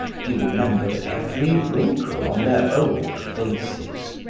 he remembered every wrinkle on their old faces,